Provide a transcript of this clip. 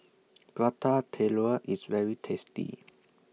Prata Telur IS very tasty